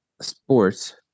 sports